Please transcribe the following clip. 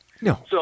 No